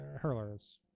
Hurlers